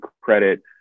credit